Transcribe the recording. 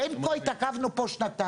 בין כה התעכבנו פה שנתיים,